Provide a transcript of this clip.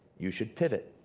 you should pivot.